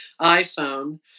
iPhone